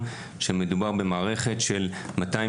הם יבואו למקבלי ההחלטות ברגע שהם יהיו בשלים,